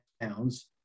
pounds